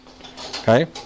Okay